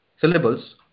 syllables